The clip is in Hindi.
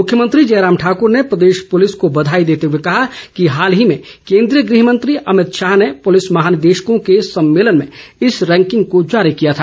मुख्यमंत्री जयराम ठाकुर ने प्रदेश पुलिस को बधाई देते हुए कहा कि हाल ही में केंद्रीय गृह मंत्री अभित शाह ने पुलिस महानिदेशर्कों के सम्मेलन में इस रैंकिंग को जारी किया था